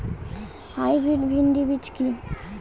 Hybrid ভীন্ডি বীজ কি?